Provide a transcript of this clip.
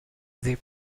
they